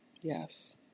Yes